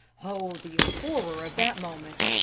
oh, the horror of that moment,